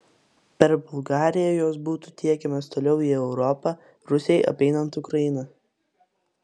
per bulgariją jos būtų tiekiamos toliau į europą rusijai apeinant ukrainą